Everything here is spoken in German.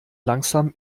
langsam